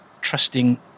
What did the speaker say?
trusting